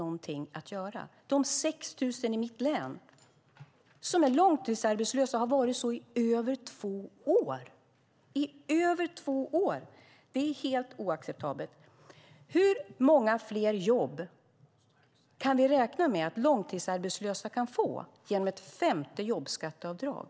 Vad finns det för de 6 000 i mitt län som är långtidsarbetslösa och som har varit det i över två år? Det är helt oacceptabelt. Hur många fler jobb kan vi räkna med att de långtidsarbetslösa kan få genom ett femte jobbskatteavdrag?